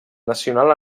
nacional